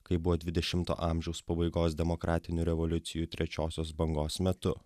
kai buvo dvidešimto amžiaus pabaigos demokratinių revoliucijų trečiosios bangos metu